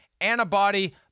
antibody